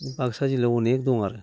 बाक्सा जिल्लायाव अनेख दं आरो